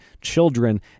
children